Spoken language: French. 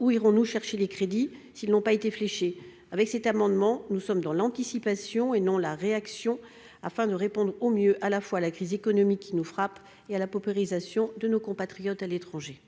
Où irons-nous chercher les crédits s'ils n'ont pas été fléchés ? Nous avons donc déposé cet amendement, pour être dans l'anticipation et non la réaction, afin de répondre au mieux à la crise économique qui nous frappe et à la paupérisation de nos compatriotes à l'étranger.